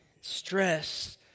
stress